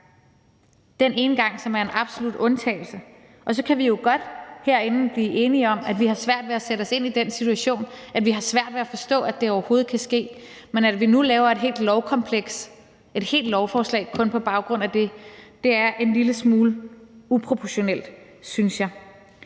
den ene gang, som er en absolut undtagelse. Og så kan vi jo godt blive enige om herinde, at vi har svært ved at sætte os ind i den situation; at vi har svært ved at forstå, at det overhovedet kan ske. Men at vi nu laver et helt lovkompleks, altså et helt lovforslag, på baggrund af det, er en lille smule uproportionalt, synes jeg.